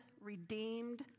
redeemed